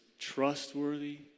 trustworthy